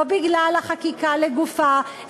ולא בגלל החקיקה לגופה,